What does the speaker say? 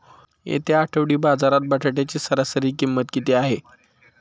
येत्या आठवडी बाजारात बटाट्याची सरासरी किंमत किती आहे?